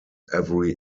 every